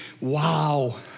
wow